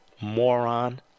moron